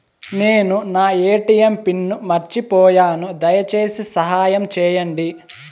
నేను నా ATM pin మర్చిపోయాను, దయచేసి సహాయం చేయండి